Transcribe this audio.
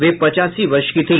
वे पचासी वर्ष की थी